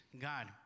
God